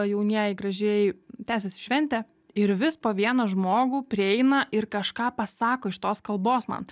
jaunieji gražiai tęsiasi šventė ir vis po vieną žmogų prieina ir kažką pasako iš tos kalbos man